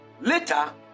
later